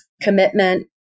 commitment